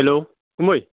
हेल' गुमै